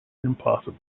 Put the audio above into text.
impossible